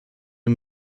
nur